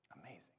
Amazing